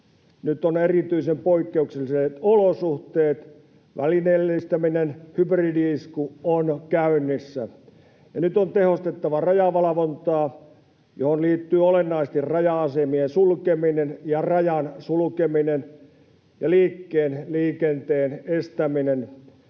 Nyt on erityisen poikkeukselliset olosuhteet. Välineellistäminen, hybridi-isku on käynnissä. Nyt on tehostettava rajavalvontaa, mihin liittyy olennaisesti raja-asemien sulkeminen ja rajan sulkeminen ja liikkeen, liikenteen estäminen.